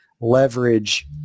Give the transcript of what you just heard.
leverage